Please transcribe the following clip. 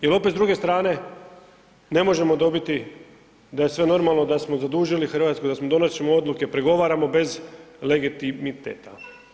Jer opet s druge strane ne možemo dobiti da je sve normalno, da smo zadužili Hrvatsku, da donosimo odluke, pregovaramo bez legitimiteta.